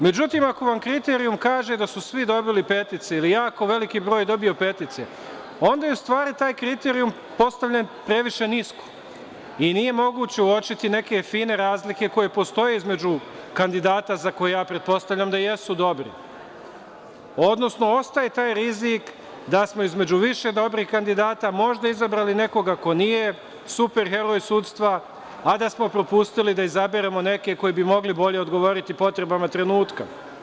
Međutim, ako vam kriterijum kaže da su svi dobili petice ili je jako veliki broj dobio petice, onda je u stvari taj kriterijum postavljen previše nisko i nije moguće uočiti neke fine razlike koje postoje između kandidata za koje ja pretpostavljam da jesu dobri, odnosno ostaje taj rizik da smo između više dobrih kandidata možda izabrali nekoga ko nije superheroj sudstva, a da smo propustili da izaberemo neke koje bi mogli bolje odgovoriti potrebama trenutka.